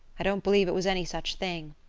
i don't believe it was any such thing.